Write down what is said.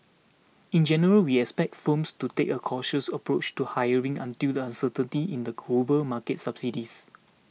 in general we expect firms to take a cautious approach to hiring until the uncertainty in the global market subsides